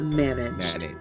managed